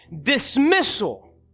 dismissal